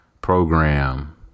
Program